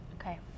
Okay